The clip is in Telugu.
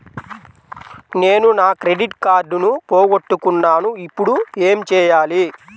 నేను నా క్రెడిట్ కార్డును పోగొట్టుకున్నాను ఇపుడు ఏం చేయాలి?